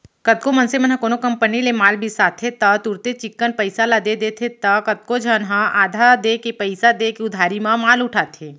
कतको मनसे मन ह कोनो कंपनी ले माल बिसाथे त तुरते चिक्कन पइसा ल दे देथे त कतको झन ह आधा देके पइसा देके उधारी म माल उठाथे